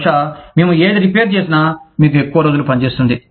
బహుశా మేము ఏది రిపేర్ చేసినా మీకు ఎక్కువ రోజులు పని చేస్తుంది